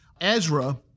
Ezra